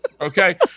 Okay